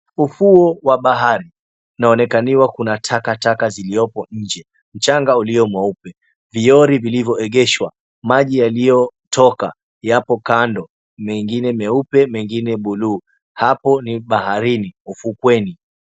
Ufuo wa bahari unaonekaniwa kuna takataka ziliyopo nje, mchanga mweupe, vilori vilivyoegeshwa, maji yaliyotoka yapo kando, mengine meupe mengine bluu hapo ni baharini ufukweni.